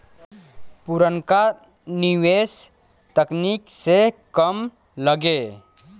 पुरनका निवेस तकनीक से कम लगे